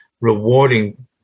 rewarding